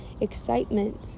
excitement